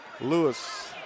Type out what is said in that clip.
Lewis